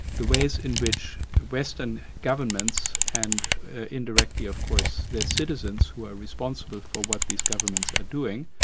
the ways in which western governments and indirectly of course, the citizens who are responsible for what these governments are doing,